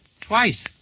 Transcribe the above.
Twice